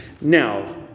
Now